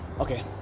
Okay